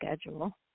schedule